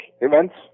events